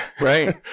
Right